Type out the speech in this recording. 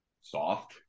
Soft